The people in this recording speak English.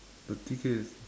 the T_K is